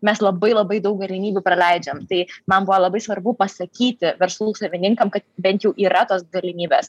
mes labai labai daug galimybių praleidžiam tai man buvo labai svarbu pasakyti verslų savininkam kad bent jau yra tos galimybės